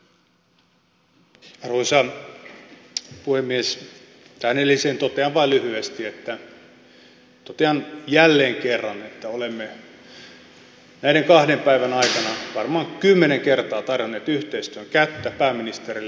tähän edelliseen totean vain lyhyesti totean jälleen kerran että olemme näiden kahden päivän aikana varmaan kymmenen kertaa tarjonneet yhteistyön kättä pääministerille sanoneet